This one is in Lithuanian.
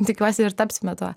tikiuosi ir tapsime tuo